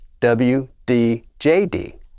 WDJD